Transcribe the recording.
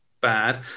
bad